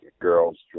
Girls